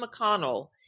McConnell